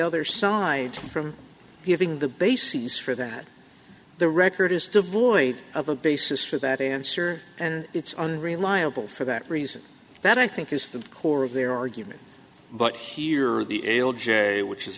other side from having the bases for that the record is devoid of a basis for that answer and it's unreliable for that reason that i think is the core of their argument but here are the ale gerry which is